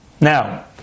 Now